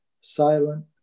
silent